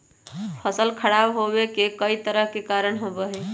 फसल खराब होवे के कई तरह के कारण होबा हई